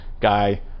guy